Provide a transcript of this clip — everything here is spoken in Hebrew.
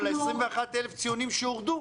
אבל ה-21,000 ציונים שהורדו,